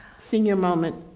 senior moment.